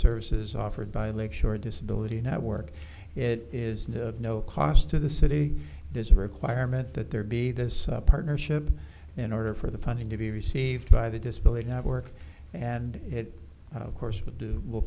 services offered by lakeshore disability network it is no no cost to the city there's a requirement that there be this partnership in order for the funding to be received by the disability network and it of course will do w